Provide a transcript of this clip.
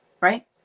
right